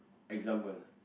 example